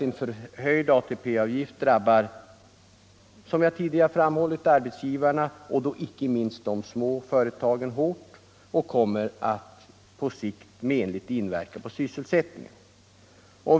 En förhöjd ATP-avgift drabbar som jag tidigare framhöll arbetsgivarna —- och då icke minst de små företagen — hårt och kommer att på sikt menligt inverka på sysselsättningen.